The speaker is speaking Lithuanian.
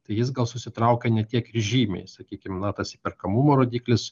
tai jis gal susitraukė ne tiek ir žymiai sakykim na tas įperkamumo rodiklis